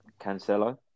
Cancelo